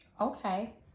Okay